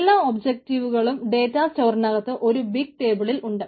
എല്ലാ ഒബ്ജക്റ്റ്കളും ഡേറ്റാ സ്റ്റോർനകത്ത് ഒരു ബിഗ് ടേബിളിൽ ഉണ്ട്